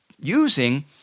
using